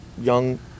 young